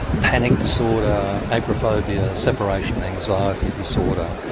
panic disorder, agoraphobia, separation anxiety disorder,